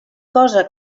cosa